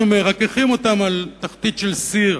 אנחנו מרככים אותן על תחתית של סיר